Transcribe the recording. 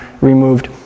removed